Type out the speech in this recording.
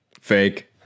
fake